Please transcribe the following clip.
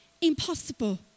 impossible